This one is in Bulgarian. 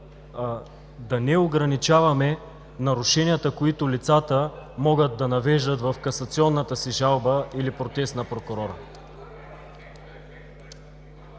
да не ограничаваме нарушенията, които лицата могат да навеждат в касационната си жалба или протест на прокурор.